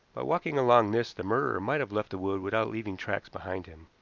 by walking along this the murderer might have left the wood without leaving tracks behind him.